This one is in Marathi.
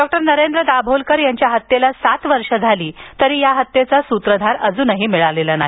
डॉ नरेंद्र दाभोलकर यांच्या हत्येला सात वर्ष झाली तरी या हत्येचा सूत्रधार अजून मिळालेला नाही